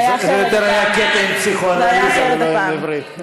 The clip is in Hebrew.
זה היה יותר קטע עם פסיכואנליזה ולא עם עברית.